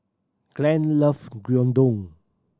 Glenn lovs Gyudon